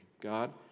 God